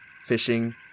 fishing